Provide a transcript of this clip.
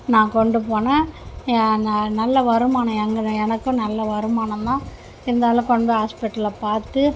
நான் கொண்டு போனே அந்த நல்ல வருமானம் எனக்கும் நல்ல வருமானந்தான் இருந்தாலும் கொண்டு ஹாஸ்பிட்டல்ல பார்த்து